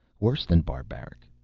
worse than barbaric.